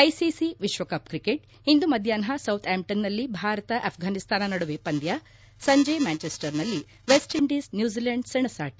ICC ವಿಶ್ವಕಪ್ cricket ಇಂದು ಮಧ್ಗಾಪ್ನ ಸೌತ್ ಆಂಪ್ಲನ್ನಲ್ಲಿ ಭಾರತ ಆಫ್ರಾನಿಸ್ತಾನ ನಡುವೆ ಪಂದ್ಯ ಸಂಜೆ ಮ್ಲಾಂಚೆಸ್ಟರ್ನಲ್ಲಿ ವೆಸ್ಟ್ಇಂಡೀಸ್ ನ್ಲೂಜಿಲ್ಲಾಂಡ್ ಸೆಣಸಾಟ